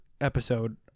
episode